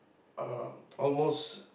uh almost